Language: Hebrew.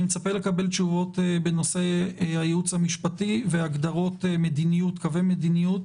מצפה לקבל תשובות בנושא הייעוץ המשפטי והגדרות קווי מדיניות